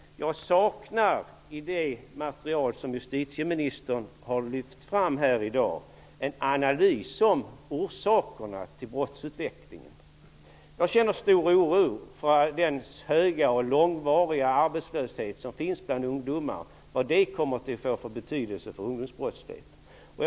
I det material som justitieministern har lyft fram i dag saknar jag en analys av orsakerna till brottsutvecklingen. Jag känner stor oro för vad den höga och långvariga arbetslöshet som finns bland ungdomar kommer att få för betydelse för ungdomsbrottsligheten.